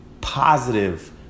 positive